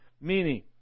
Meaning